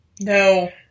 No